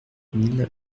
mille